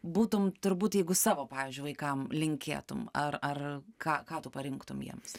būtum turbūt jeigu savo pavyzdžiui vaikam linkėtum ar ar ką ką tu parinktum jiems